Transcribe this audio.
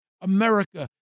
America